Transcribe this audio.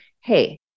hey